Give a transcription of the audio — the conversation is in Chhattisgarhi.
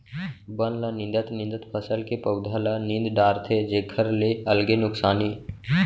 बन ल निंदत निंदत फसल के पउधा ल नींद डारथे जेखर ले अलगे नुकसानी